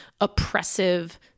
oppressive